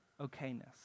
okayness